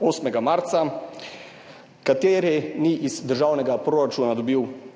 8. marca, ki ni iz državnega proračuna dobil